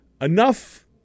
Enough –